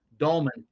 Dolman